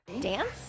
dance